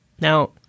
Now